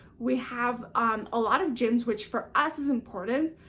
we have um a lot of gyms, which for us is important.